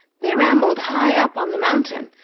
they rambled high up on the mountain,